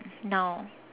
now